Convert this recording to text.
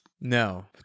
No